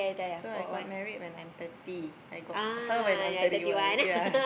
so I got married when I am thirty I got her when I am thirty one yea